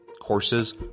Courses